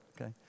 Okay